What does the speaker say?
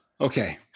okay